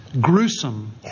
gruesome